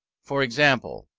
for example,